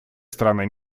страны